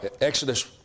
Exodus